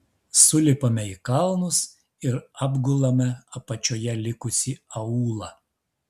sulipame į kalnus ir apgulame apačioje likusį aūlą